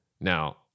Now